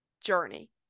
journey